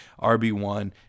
RB1